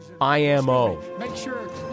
IMO